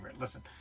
Listen